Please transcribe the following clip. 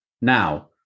Now